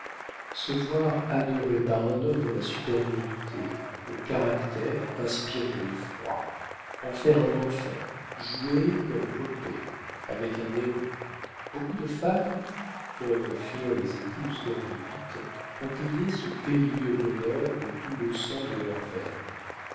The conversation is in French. se voir adorée par un homme dont la supériorité le caractère inspirent de l'effroi en faire un enfant jouer comme poppée avec un néron beaucoup de femmes comme firent les épouses d'henri viii ont payé ce périlleux bonheur de tout le sang de leurs veines